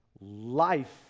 life